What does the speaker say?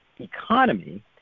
economy